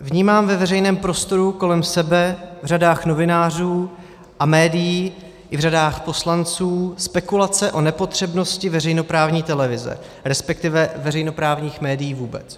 Vnímám ve veřejném prostoru kolem sebe, v řadách novinářů a médií i v řadách poslanců spekulace o nepotřebnosti veřejnoprávní televize, resp. veřejnoprávních médií vůbec.